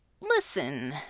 Listen